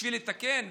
בשביל לתקן?